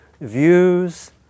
views